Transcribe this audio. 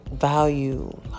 value